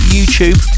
YouTube